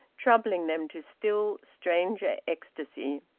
troubling them to still stranger ecstasy.